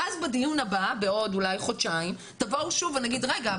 ואז בדיון הבא בעוד אולי חודשיים תבואו שוב ונגיד רגע,